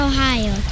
Ohio